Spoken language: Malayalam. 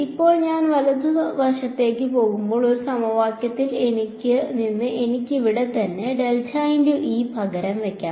ഇപ്പോൾ ഞാൻ വലതുവശത്തേക്ക് നോക്കുമ്പോൾ ഈ സമവാക്യത്തിൽ നിന്ന് എനിക്ക് ഇവിടെത്തന്നെ പകരം വയ്ക്കാം